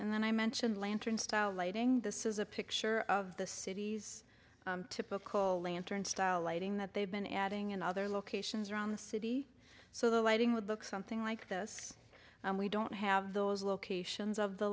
and then i mentioned lantern style lighting this is a picture of the city's typical lantern style lighting that they've been adding in other locations around the city so the lighting would look something like this and we don't have those locations of the